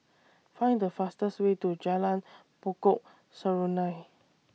Find The fastest Way to Jalan Pokok Serunai